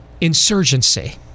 insurgency